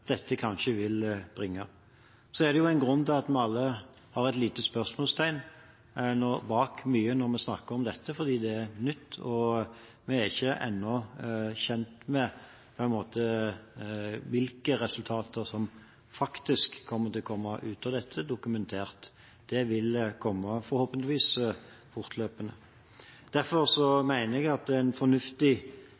dette kanskje vil bringe. Det er en grunn til at vi alle setter et lite spørsmålstegn bak mye når vi snakker om dette, for det er nytt, og vi er ikke ennå kjent med hvilke resultater som faktisk vil komme dokumentert ut av dette. Det vil komme, forhåpentligvis, fortløpende. Derfor